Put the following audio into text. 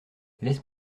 laisse